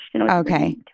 Okay